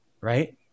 right